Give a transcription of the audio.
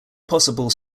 possible